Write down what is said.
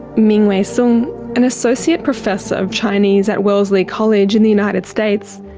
mingwei song, an associate professor of chinese at wellesley college in the united states,